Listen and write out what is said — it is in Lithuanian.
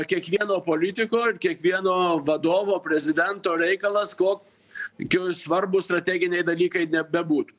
kiekvieno politiko ir kiekvieno vadovo prezidento reikalas kokie svarbūs strateginiai dalykai bebūtų